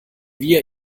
wir